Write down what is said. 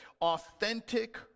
Authentic